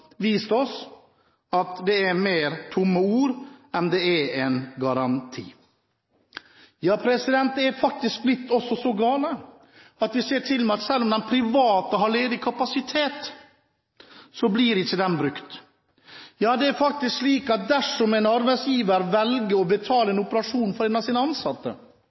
vist oss at det er mer tomme ord enn det er en garanti. Ja, det har faktisk blitt så galt at vi ser at selv om de private har ledig kapasitet, blir ikke den brukt. En arbeidsgiver kan velge å betale en operasjon for en av sine ansatte, slik at han skal slippe eventuelt å